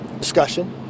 discussion